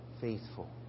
faithful